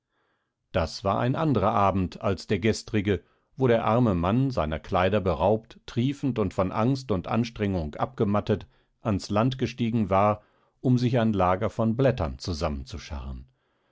das war ein anderer abend als der gestrige wo der arme mann seiner kleider beraubt triefend und von angst und anstrengung abgemattet ans land gestiegen war um sich ein lager von blättern